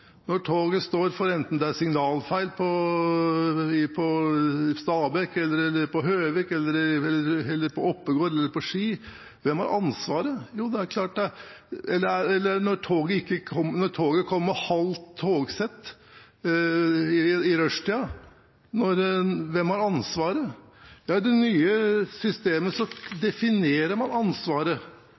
når toget står. Ja, hvem har ansvaret i dag når toget står? Når det er signalfeil enten på Stabekk eller på Høvik, på Oppegård eller på Ski, hvem har ansvaret? Når toget kommer med halvt togsett i rushtiden, hvem har ansvaret? I det nye systemet definerer man ansvaret.